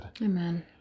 Amen